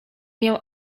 miał